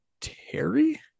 Terry